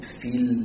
feel